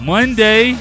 Monday